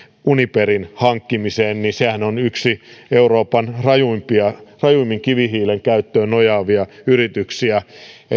uniperin hankkimiseen ja sehän on yksi euroopan rajuimmin kivihiilen käyttöön nojaavia yrityksiä